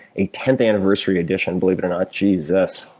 a tenth anniversary edition, believe it or not. jesus.